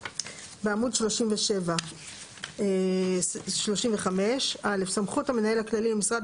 בעמוד 37. הוראות מעבר 35. (א) סמכות המנהל הכללי למשרד